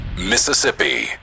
Mississippi